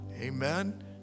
amen